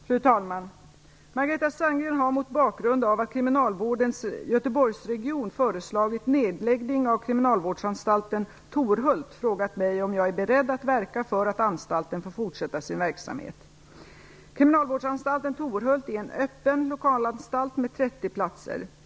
Fru talman! Margareta Sandgren har, mot bakgrund av att kriminalvårdens Göteborgsregion föreslagit nedläggning av kriminalvårdsanstalten Torhult, frågat mig om jag är beredd att verka för att anstalten får fortsätta sin verksamhet. Kriminalvårdsanstalten Torhult är en öppen lokalanstalt med 30 platser.